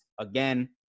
Again